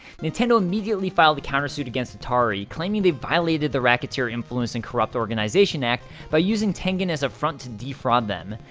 nintendo immediately filed a countersuit against atari, claiming they violated the racketeer influenced and corrupt organization act by using tengen as a front to defraud them.